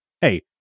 Hey